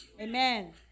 Amen